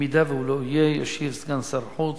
אם הוא לא יהיה, ישיב סגן שר החוץ,